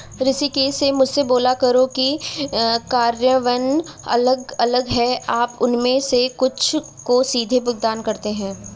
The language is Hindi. ऋषिकेश ने मुझसे बोला करों का कार्यान्वयन अलग अलग है आप उनमें से कुछ को सीधे भुगतान करते हैं